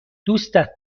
دوستت